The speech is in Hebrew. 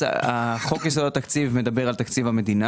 חוק יסוד התקציב מדבר על תקציב המדינה